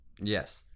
Yes